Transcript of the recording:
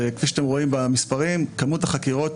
וכפי שאתם רואים במספרים כמות החקירות